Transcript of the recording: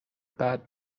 بعد